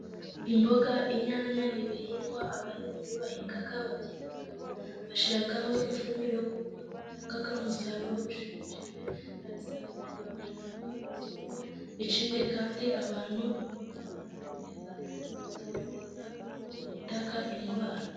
Imboga, inyanya n'ibihingwa abahinzi bahinga, babyitaho bashyiraho ifumbire kuko bitanga umusaruro ushimishije babisarura babijyana ku isoko, ikindi kandi abantu imboga baranazirya, ziba nziza kuko zirinda indwara.